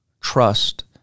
trust